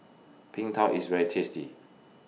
Png Tao IS very tasty